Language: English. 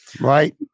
Right